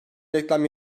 reklam